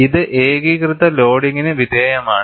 ഇത് ഏകീകൃത ലോഡിംഗിന് വിധേയമാണ്